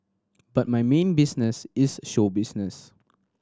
but my main business is show business